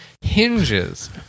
hinges